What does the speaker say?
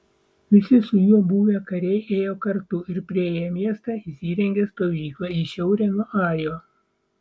visi su juo buvę kariai ėjo kartu ir priėję miestą įsirengė stovyklą į šiaurę nuo ajo